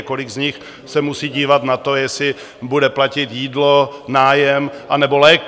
Kolik z nich se musí dívat na to, jestli bude platit jídlo, nájem, anebo léky.